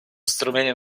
strumieniem